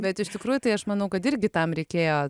bet iš tikrųjų tai aš manau kad irgi tam reikėjo